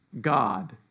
God